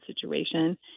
situation